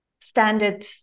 standard